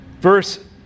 verse